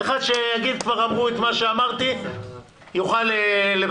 אחד שיגיד: כבר אמרו את מה שאמרתי, יוכל לוותר.